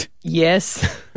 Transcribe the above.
Yes